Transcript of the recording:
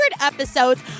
episodes